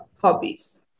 hobbies